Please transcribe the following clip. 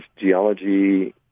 geology